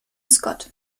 scott